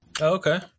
Okay